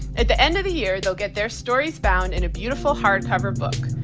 at the end of the year, they'll get their stories bound in a beautiful hardcover book.